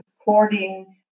according